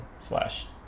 slash